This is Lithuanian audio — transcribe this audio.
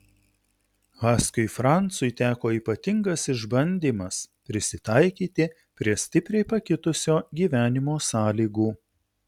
haskiui francui teko ypatingas išbandymas prisitaikyti prie stipriai pakitusio gyvenimo sąlygų